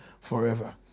forever